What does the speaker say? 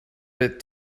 bit